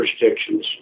jurisdictions